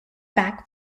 back